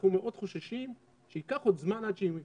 אנחנו מאוד חוששים שייקח עוד זמן עד שהן ייכנסו.